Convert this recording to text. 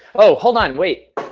oh, hold on! wait!